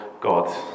God